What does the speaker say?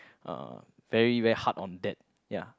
uh very very hard on that ya